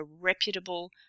reputable